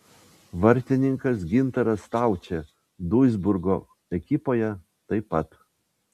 vartininkas gintaras staučė duisburgo ekipoje taip pat